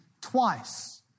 twice